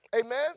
Amen